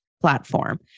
platform